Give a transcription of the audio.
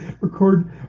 record